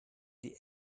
die